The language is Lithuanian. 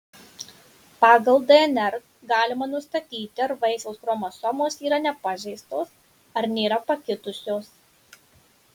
pagal dnr galima nustatyti ar vaisiaus chromosomos yra nepažeistos ar nėra pakitusios